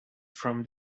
from